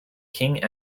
king